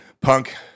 punk